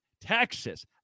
Texas